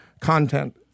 content